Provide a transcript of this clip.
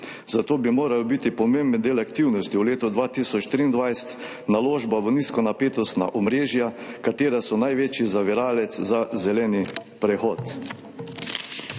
Zato bi moral biti pomemben del aktivnosti v letu 2023 naložba v nizkonapetostna omrežja, ki so največji zaviralec za zeleni prehod.